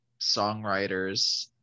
songwriters